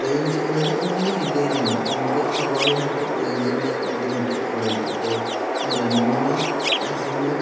range അതായത് ഒന്നാമത് hill ഏരിയയാണ് അപ്പൊ നമുക്ക് സ്വാഭാവികമായിട്ടും റേഞ്ചിൻ്റെ ബുദ്ധിമുട്ട് അവിടെ വരും അപ്പൊൾ രണ്ട്മൂന്ന് സിം